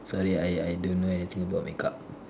sorry I I I don't know anything about make up